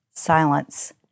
silence